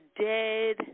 Dead